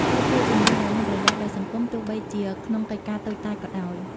ចូរធ្វើជាមនុស្សដែលមានប្រយោជន៍ដល់សង្គម ទោះបីជាក្នុងកិច្ចការតូចតាចក៏ដោយ។